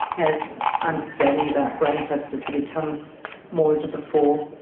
as understanding about brain plasticity comes more into the fore.